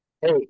hey